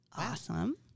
Awesome